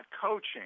coaching